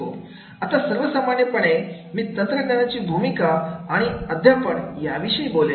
आता सर्वसामान्यपणे मी तंत्रज्ञानाची भूमिका आणि अध्यापन याविषयी बोलेन